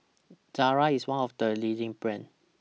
Ezerra IS one of The leading brands